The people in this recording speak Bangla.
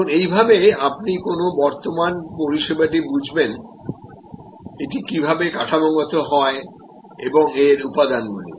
এখন এইভাবে আপনি কোনও বর্তমান পরিষেবাটি বুঝবেন এটি কীভাবে কাঠামোগত হয় এবং এর উপাদান গুলি